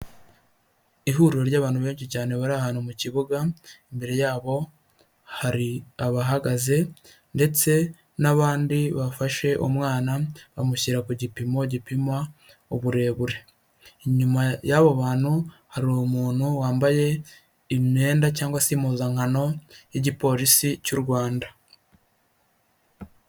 Ihuriro ry'abantu benshi cyane bari ahantu mu kibuga imbere yabo hari abahagaze, ndetse n'abandi bafashe umwana bamushyira ku gipimo gipima uburebure, inyuma y'abo bantu hari umuntu wambaye imyenda cyangwa se impuzankano y'igipolisi cy'u Rwanda.